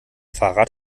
fahrrad